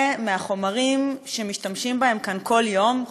ומהחומרים שמשתמשים בהם כאן כל יום,